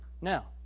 Now